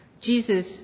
Jesus